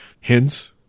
Hence